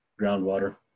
groundwater